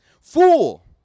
Fool